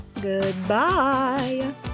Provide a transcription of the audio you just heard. Goodbye